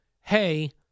Hey